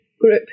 group